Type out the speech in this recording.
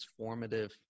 transformative